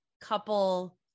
couple